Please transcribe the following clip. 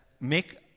make